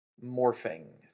morphing